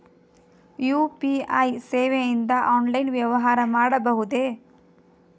UPI ಸೇವೆಯಿಂದ online ವ್ಯವಹಾರ ಮಾಡಬಹುದೇ?